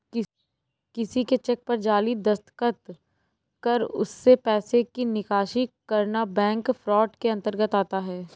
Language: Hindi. किसी के चेक पर जाली दस्तखत कर उससे पैसे की निकासी करना बैंक फ्रॉड के अंतर्गत आता है